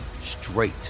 straight